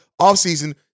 offseason